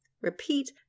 Repeat